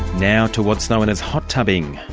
now to what's known as hot tubbing.